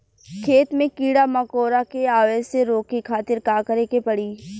खेत मे कीड़ा मकोरा के आवे से रोके खातिर का करे के पड़ी?